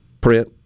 print